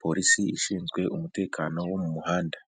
polisi ishinzwe umutekano wo mu muhanda.